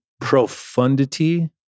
profundity